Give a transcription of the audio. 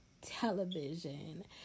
television